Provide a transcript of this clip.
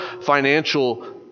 financial